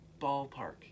ballpark